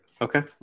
okay